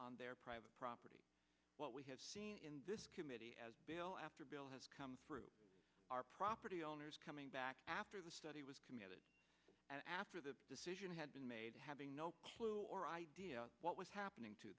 on their private property what we have in this committee as bill after bill has come through our property owners coming back after the study was committed and after the decision had been made having no clue or idea what was happening to